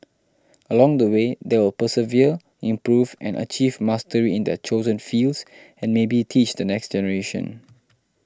along the way they will persevere improve and achieve mastery in their chosen fields and maybe teach the next generation